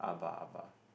Abba Abba